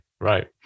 Right